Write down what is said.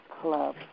Club